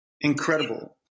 Incredible